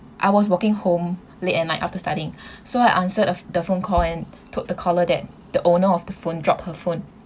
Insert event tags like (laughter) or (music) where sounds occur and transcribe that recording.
I was walking home late at night after studying (breath) so I answered a the phone call and told the caller that the owner of the phone dropped her phone